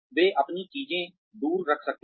वे अपनी चीजें दूर रख सकते हैं